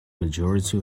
majority